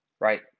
Right